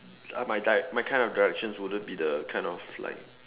uh my di~ my kind of directions wouldn't be the kind of like